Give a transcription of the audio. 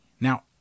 Now